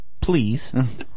Please